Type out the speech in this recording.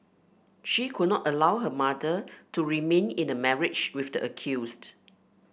she could not allow her mother to remain in a marriage with the accused